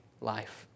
life